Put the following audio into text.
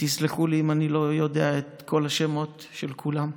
תסלחו לי אם אני לא יודע את כל השמות של כולם.